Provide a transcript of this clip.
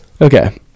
Okay